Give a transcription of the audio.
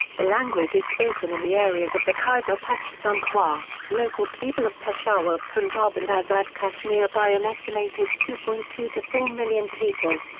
the language is spoken in the areas of the khyber pakhtunkhwa, local people of peshawar punjab and azad kashmir by an estimated two point two to four million people.